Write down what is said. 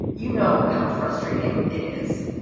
you know how frustrating it is.